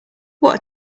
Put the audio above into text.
what